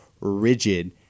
rigid –